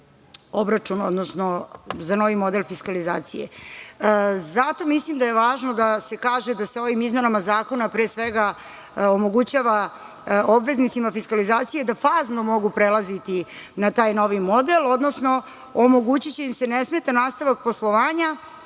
obračun, odnosno za novi model fiskalizacije. Zato mislim da je važno da se kaže da se ovim izmenama zakona, pre svega, omogućava obveznicima fiskalizacije da fazno mogu prelaziti na taj novi model, odnosno omogućiće im se nesmetan nastavak poslovanja,